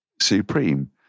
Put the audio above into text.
supreme